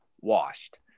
washed